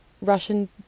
Russian